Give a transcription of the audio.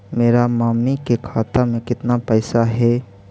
मेरा मामी के खाता में कितना पैसा हेउ?